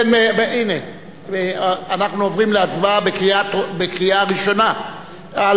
אנחנו עוברים להצבעה בקריאה ראשונה על